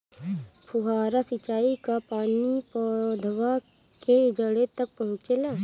फुहारा सिंचाई का पानी पौधवा के जड़े तक पहुचे ला?